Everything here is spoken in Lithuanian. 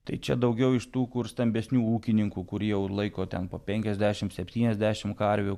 tai čia daugiau iš tų kur stambesnių ūkininkų kur jau laiko ten po penkiasdešim septyniasdešim karvių